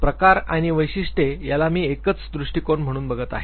प्रकार आणि वैशिष्ट्ये याला मी एकच दृष्टिकोन म्हणून बघत आहे